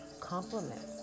compliments